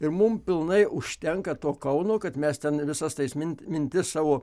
ir mum pilnai užtenka to kauno kad mes ten visas tais mintis mintis savo